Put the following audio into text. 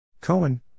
Cohen